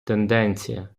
тенденція